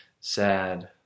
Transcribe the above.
sad